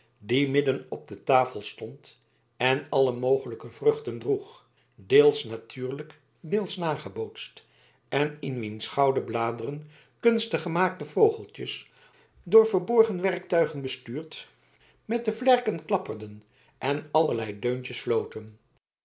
die midden op de tafel stond en alle mogelijke vruchten droeg deels natuurlijk deels nagebootst en in wiens gouden bladeren kunstig gemaakte vogeltjes door verborgen werktuigen bestuurd met de vlerken klapperden en allerlei deuntjes floten